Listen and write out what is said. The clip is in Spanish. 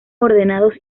ordenados